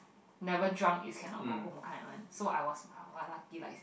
never drunk is cannot go home kind one so I was !wah! lucky like